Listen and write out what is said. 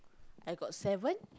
I got seven